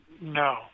no